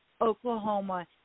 Oklahoma